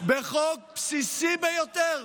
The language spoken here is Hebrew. בחוק בסיסי ביותר.